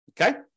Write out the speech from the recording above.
Okay